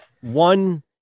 one